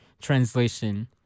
translation